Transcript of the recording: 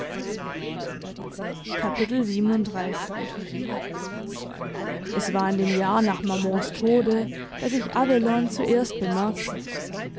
es war in dem jahr nach mamans tode daß ich abelone zuerst bemerkte